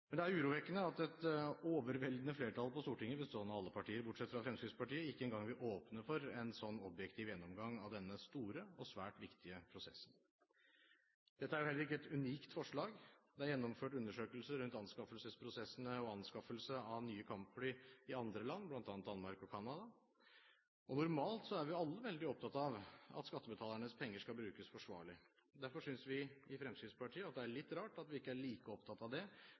Men det er urovekkende at et overveldende flertall på Stortinget bestående av alle partier, bortsett fra Fremskrittspartiet, ikke engang vil åpne for en sånn objektiv gjennomgang av denne store og svært viktige prosessen. Dette er jo heller ikke et unikt forslag. Det er gjennomført undersøkelser rundt anskaffelsesprosessene og anskaffelse av nye kampfly i andre land – bl.a. i Danmark og Canada – og normalt er vi alle veldig opptatt av at skattebetalernes penger skal brukes forsvarlig. Derfor synes vi i Fremskrittspartiet at det er litt rart at vi ikke er like opptatt av det